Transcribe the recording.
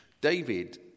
David